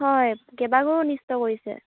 হয় কেইবাঘৰো অনিষ্ট কৰিছে